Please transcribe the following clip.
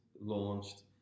launched